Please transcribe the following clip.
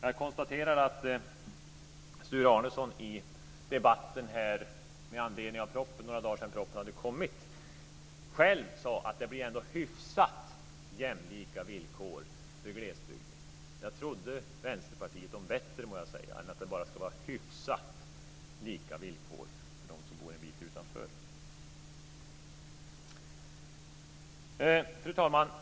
Jag konstaterar att Sture Arnesson i debatten några dagar efter det att propositionen hade lagts fram själv sade att det blir ändå hyfsat jämlika villkor för glesbygden. Jag trodde Vänsterpartiet om bättre än att det ska bara vara hyfsat lika villkor för dem som bor en bit utanför. Fru talman!